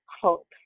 hope